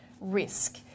risk